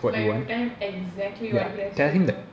like you have to tell him exactly what he has to do